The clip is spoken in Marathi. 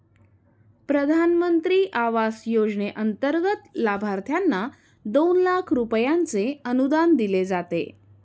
प्रधानमंत्री आवास योजनेंतर्गत लाभार्थ्यांना दोन लाख रुपयांचे अनुदान दिले जाते